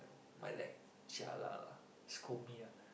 my dad jialat lah scold me ah